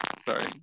Sorry